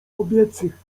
kobiecych